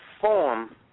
form